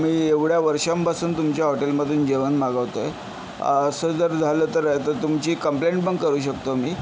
मी एवढ्या वर्षांपासून तुमच्या हॉटेलमधून जेवण मागवतो आहे असं जर झालं तर आता तुमची कंप्लेंटपण करू शकतो मी